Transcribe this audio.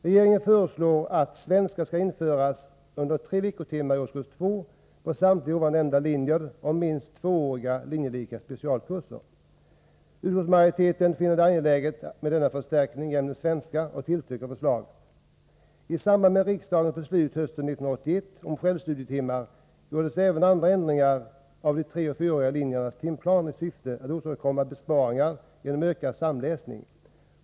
Regeringen föreslår att svenska skallinföras under tre veckotimmar i årskurs 2 på samtliga dessa linjer och minst tvååriga linjelika specialkurser. Utskottsmajoriteten finner det angeläget med denna förstärkning i ämnet svenska och tillstyrker förslaget. I samband med riksdagens beslut hösten 1981 om självstudietimmar gjordes även andra ändringar av de treoch fyraåriga linjernas timplaner i syfte att åstadkomma besparingar genom ökad samläsning.